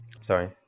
Sorry